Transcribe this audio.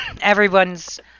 everyone's